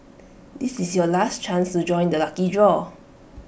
this is your last chance to join the lucky draw